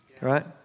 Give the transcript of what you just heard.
Right